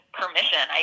permission